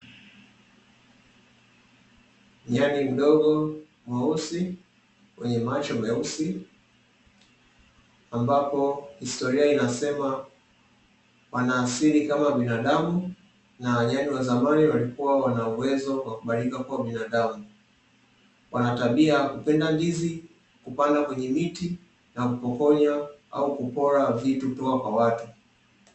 Nyani mdogo mweusi mwenye macho meusi, ambapo historia inasema wana asili kama binadamu ,na nyani wa zamani walikuwa na uwezo wa kubadilika kuwa binadamu, wana tabia ya kupenda ndizi, kupanda kwenye mti, na kupokonya au kupora vitu kutoka kwa watu.